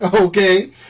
Okay